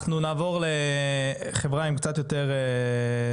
אנחנו נעבור לחברה עם קצת יותר ניסיון.